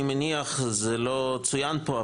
אני מניח וזה לא צוין פה,